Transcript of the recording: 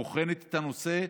היא בוחנת את הנושא,